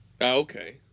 okay